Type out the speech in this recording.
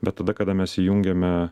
bet tada kada mes įjungiame